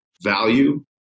value